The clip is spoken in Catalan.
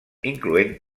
incloent